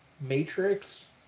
Matrix